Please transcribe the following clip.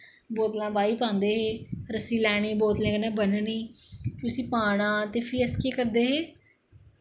बोतलां बाहीं पांदे हे रस्सी लैनी बोतलें कन्नै ब'न्नी उस्सी पाना ते फ्ही अस केह् करदे हे